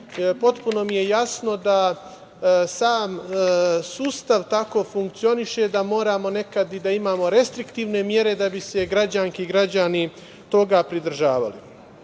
potpuno mi je jasno da sam sistem tako funkcioniše da moramo nekad i da imamo restriktivne mere da bi se građanke i građani toga pridržavali. Ono